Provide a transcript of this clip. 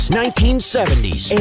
1970s